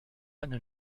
eine